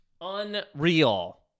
unreal